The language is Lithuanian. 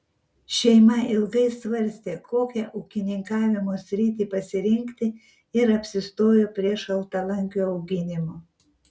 šeima ilgai svarstė kokią ūkininkavimo sritį pasirinkti ir apsistojo prie šaltalankių auginimo